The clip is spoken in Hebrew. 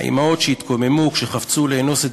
האימהות שהתקוממו כשחפצו לאנוס את